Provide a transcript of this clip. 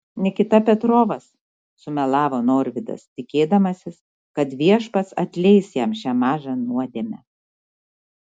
nikita petrovas sumelavo norvydas tikėdamasis kad viešpats atleis jam šią mažą nuodėmę